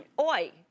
Oi